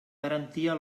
garantia